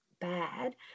bad